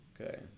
Okay